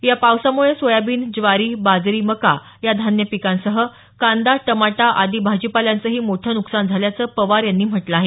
या पावसामुळे सोयाबीन ज्वारी बाजरी मका या धान्य पिकांसह कांदा टमाटा आदी भाजीपाल्याचंही मोठं नुकसान झाल्याचं पवार यांनी म्हटलं आहे